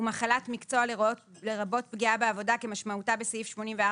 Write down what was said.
ומחלת מקצוע לרבות פגיעה בעבודה כמשמעותה בסעיף 84